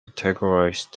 categorize